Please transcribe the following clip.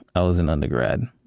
i was an undergrad.